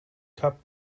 cup